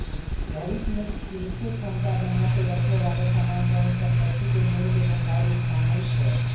भविष्य में कीनेके क्षमता बना क रखेए बला समान चाहे संपत्ति के मोल के भंडार रूप मानइ छै